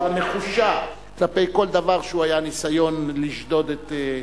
נחושה כלפי כל דבר שהוא היה ניסיון לשדוד את,